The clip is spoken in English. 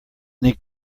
need